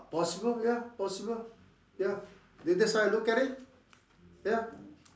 possible ya possible ya that that's why I look at it ya